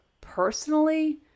personally